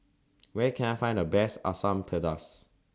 Where Can I Find The Best Asam Pedas